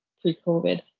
pre-covid